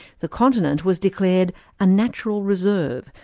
the continent was declared a natural reserve,